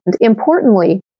importantly